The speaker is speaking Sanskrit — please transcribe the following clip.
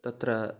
तत्र